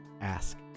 Ask